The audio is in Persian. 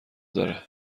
داره